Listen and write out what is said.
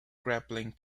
grappling